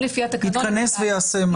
התכנס ומה יעשה?